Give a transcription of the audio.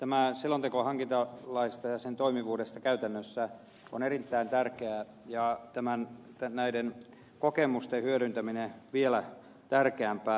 tämä selonteko hankintalaista ja sen toimivuudesta käytännössä on erittäin tärkeä ja näiden kokemusten hyödyntäminen vielä tärkeämpää